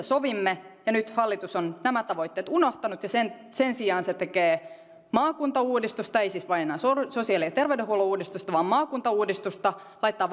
sovimme ja nyt hallitus on nämä tavoitteet unohtanut sen sen sijaan se tekee maakuntauudistusta ei siis enää vain sosiaali ja terveydenhuollon uudistusta vaan maakuntauudistusta laittaa